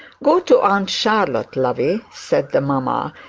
go to aunt charlotte, lovey said the mamma,